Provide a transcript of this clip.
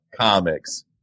comics